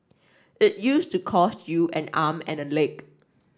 it used to cost you an arm and a leg